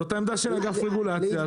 זו העמדה של אגף רגולציה,